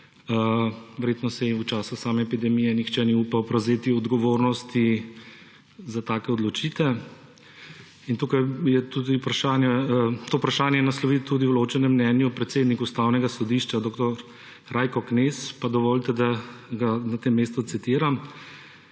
Verjetno si v času same epidemije nihče ni upal prevzeti odgovornosti za take odločitve. To vprašanje je naslovil tudi v ločenem mnenju predsednik Ustavnega sodišča dr. Rajko Knez, pa dovolite, da ga na tem mestu citiram: